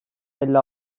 elli